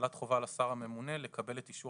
הטלת חובה על השר הממונה לקבל את אישור